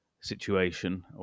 situation